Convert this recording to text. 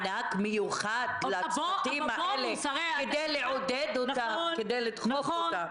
מענק מיוחד, כדי לעודד אותם, כדי לדחוף אותם.